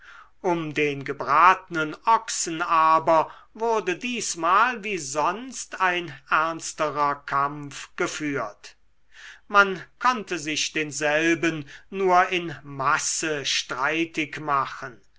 um den gebratnen ochsen aber wurde diesmal wie sonst ein ernsterer kampf geführt man konnte sich denselben nur in masse streitig machen